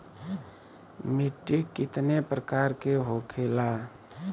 मिट्टी कितने प्रकार के होखेला?